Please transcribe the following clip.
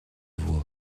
voix